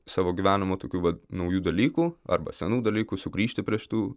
savo gyvenimo tokių vat naujų dalykų arba senų dalykų sugrįžti prie šitų